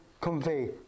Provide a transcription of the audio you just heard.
convey